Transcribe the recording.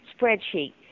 spreadsheet